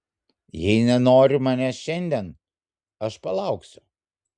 jei nenori manęs šiandien aš palauksiu